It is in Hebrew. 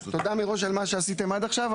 תודה מראש על מה שעשיתם עד עכשיו,